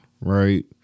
right